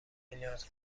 میلاد